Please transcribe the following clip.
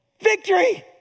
Victory